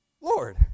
Lord